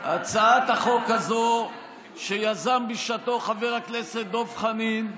הצעת החוק הזאת שיזם בשעתו חבר הכנסת דב חנין,